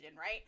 right